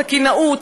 סכינאות,